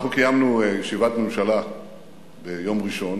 ביום ראשון